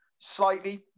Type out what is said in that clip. Slightly